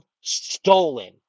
stolen